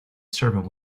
servant